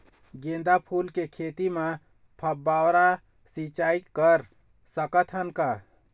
गेंदा फूल के खेती म फव्वारा सिचाई कर सकत हन का?